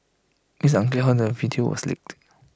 it's unclear how the video was leaked